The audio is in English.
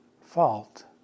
fault